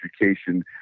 education